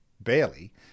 barely